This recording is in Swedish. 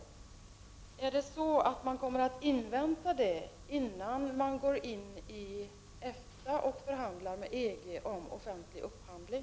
Kommer man att invänta detta betänkande, innan man går in i EFTA och förhandlar med EG om offentlig upphandling?